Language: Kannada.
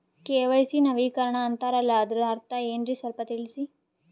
ಕೆ.ವೈ.ಸಿ ನವೀಕರಣ ಅಂತಾರಲ್ಲ ಅದರ ಅರ್ಥ ಏನ್ರಿ ಸ್ವಲ್ಪ ತಿಳಸಿ?